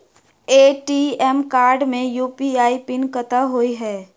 ATM card मे UPI PIN कतह होइ है?